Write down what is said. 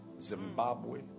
Zimbabwe